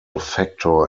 factor